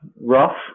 rough